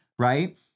right